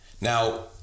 Now